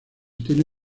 tiene